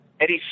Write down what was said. Eddie